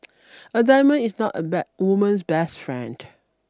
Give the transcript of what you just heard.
a diamond is not a bad woman's best friend